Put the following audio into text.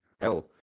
Hell